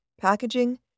packaging